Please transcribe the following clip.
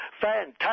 Fantastic